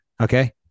Okay